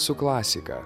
su klasika